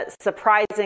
surprising